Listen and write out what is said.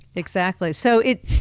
exactly. so it